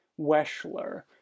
Weschler